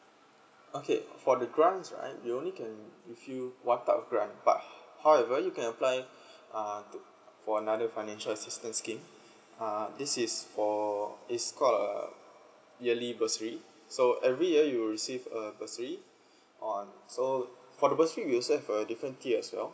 okay for the grants right you only can if you one type grant but however you can apply uh to for another financial assistance scheme uh this is for is call uh yearly bursary so every year you will receive a bursary on so for the bursary we also have different tier as well